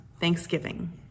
thanksgiving